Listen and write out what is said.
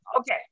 Okay